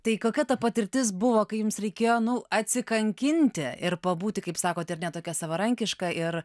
tai kokia ta patirtis buvo kai jums reikėjo nu atsikankinti ir pabūti kaip sakot ar ne tokia savarankiška ir